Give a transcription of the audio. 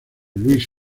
luis